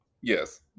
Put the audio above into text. yes